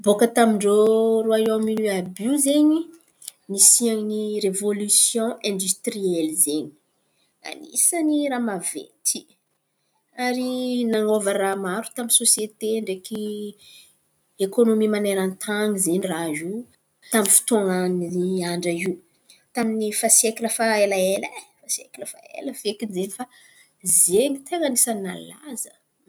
Baka tamin-drô Rôiôm’onia àby iô zen̈y nisian’ny revôlisiôn aindiostriely zen̈y. Anisany raha maventy ary nan̈ova raha maro tamin’ny sôsiete ndraiky ekônômy maneran-tany zen̈y raha iô tamin’ny fotoan̈a iô andra io. Tamin’ny faha siekla fa elaela, siekla fa ela fekiny zen̈y fa zen̈y ten̈a ny anisan̈y malaza.